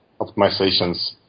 optimizations